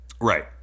Right